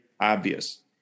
obvious